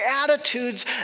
attitudes